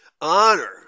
honor